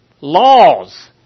laws